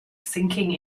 sinking